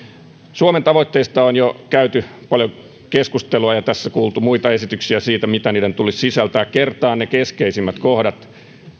suomen tavoitteista on jo käyty paljon keskustelua ja tässä on kuultu muita esityksiä siitä mitä niiden tulisi sisältää kertaan ne keskeisimmät kohdat